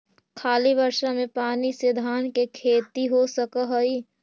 खाली बर्षा के पानी से धान के खेती हो सक हइ?